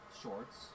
shorts